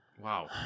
Wow